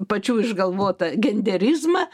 pačių išgalvotą genderizmą